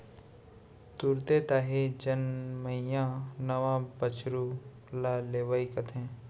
तुरते ताही जनमइया नवा बछरू ल लेवई कथें